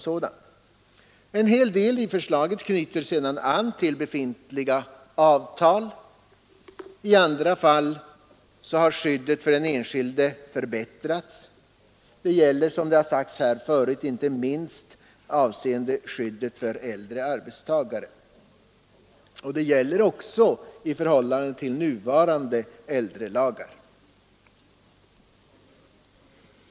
I en hel del fall knyter förslaget an till befintliga avtal. I andra fall har skyddet för den enskilde förbättrats. Det gäller, som sagts här tidigare, inte minst skyddet för äldre arbetstagare. Och det gäller också i förhållande till nuvarande äldrelagar.